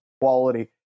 quality